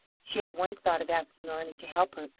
she had once thought of asking arna to help her,